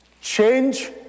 Change